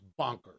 bonkers